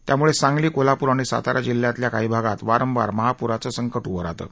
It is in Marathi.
त्यामुळे सांगली कोल्हापूर आणि सातारा जिल्ह्यातल्या काही भागात वारंवार महापुराचं संकट उभं राहतं